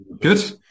Good